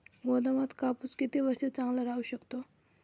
गोदामात कापूस किती वर्ष चांगला राहू शकतो?